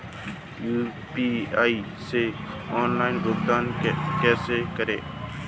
UPI से online भुगतान कैसे करें?